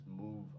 move